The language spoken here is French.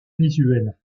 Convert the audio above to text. visuelle